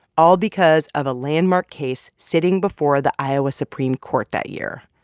all because of a landmark case sitting before the iowa supreme court that year.